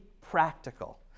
practical